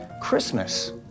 Christmas